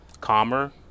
calmer